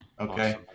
Okay